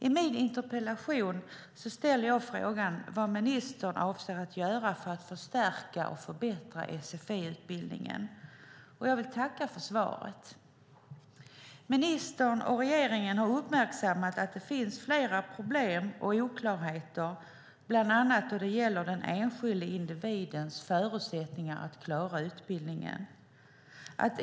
I min interpellation ställer jag frågan om vad ministern avser att göra för att förstärka och förbättra sfi-utbildningen. Jag vill tacka för svaret. Ministern och regeringen har uppmärksammat att det finns flera problem och oklarheter bland annat när det gäller den enskilde individens förutsättningar att klara utbildningen.